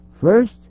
First